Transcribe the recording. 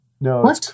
No